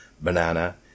banana